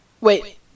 Wait